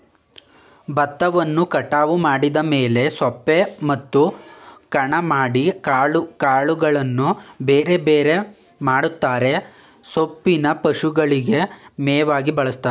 ಬತ್ತವನ್ನು ಕಟಾವು ಮಾಡಿದ ಮೇಲೆ ಸೊಪ್ಪೆ ಮತ್ತು ಕಣ ಮಾಡಿ ಕಾಳುಗಳನ್ನು ಬೇರೆಬೇರೆ ಮಾಡ್ತರೆ ಸೊಪ್ಪೇನ ಪಶುಗಳಿಗೆ ಮೇವಾಗಿ ಬಳಸ್ತಾರೆ